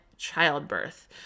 childbirth